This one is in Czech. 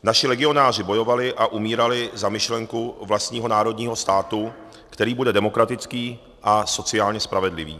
Naši legionáři bojovali a umírali za myšlenku vlastního národního státu, který bude demokratický a sociálně spravedlivý.